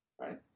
right